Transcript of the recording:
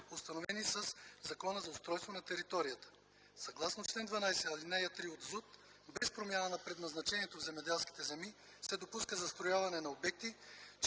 установени със Закона за устройство на територията. Съгласно чл. 12, ал. 3 от ЗУТ без промяна на предназначението в земеделските земи се допуска застрояване на обекти,